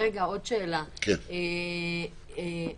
עוד שאלה: המכרזים